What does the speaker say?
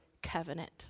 covenant